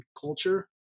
culture